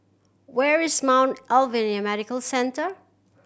where is Mount Alvernia Medical Centre